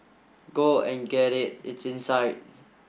go and get it it's inside